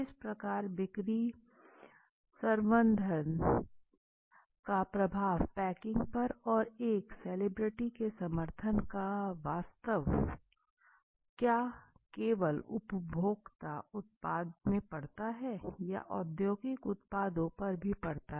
इस प्रकार बिक्री संवर्धन का प्रभाव पैकिंग पर और एक सेलिब्रिटी के समर्थन का वास्तव क्या केवल उपभोक्ता उत्पादों में पड़ता है या औद्योगिक उत्पादों पर भी पड़ता है